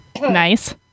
Nice